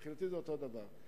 מבחינתי זה אותו דבר.